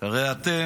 דרך אגב, הרי אתם